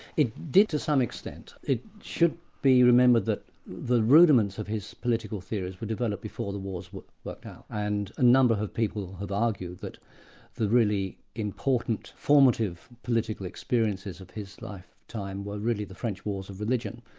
it did to some extent. it should be remembered that the rudiments of his political theories were developed before the wars but and a number of people have argued that the really important formative political experiences of his lifetime were really the french wars of religion.